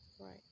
right